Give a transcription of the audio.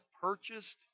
purchased